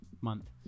month